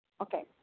Okay